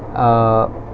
uh